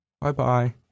Bye-bye